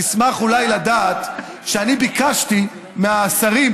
תשמח אולי לדעת שאני ביקשתי מהשרים,